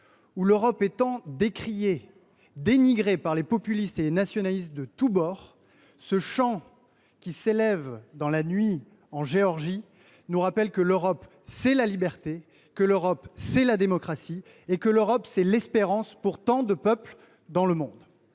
où l’Europe est tant décriée, dénigrée par les populistes et les nationalistes de tous bords, ce chant qui s’élève dans la nuit en Géorgie nous rappelle que l’Europe, c’est la liberté, que l’Europe, c’est la démocratie, que l’Europe, c’est l’espérance pour tant de peuples dans le monde.